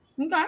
Okay